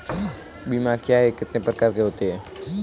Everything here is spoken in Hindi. बीमा क्या है यह कितने प्रकार के होते हैं?